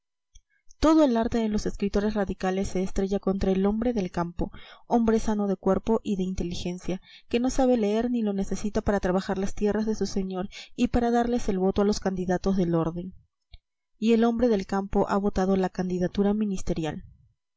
todo el arte de los escritores radicales se estrella contra el hombre del campo hombre sano de cuerpo y de inteligencia que no sabe leer ni lo necesita para trabajar las tierras de su señor y para darles el voto a los candidatos del orden y el hombre del campo ha votado la candidatura ministerial